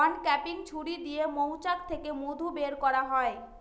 uncapping ছুরি দিয়ে মৌচাক থেকে মধু বের করা হয়